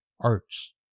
arts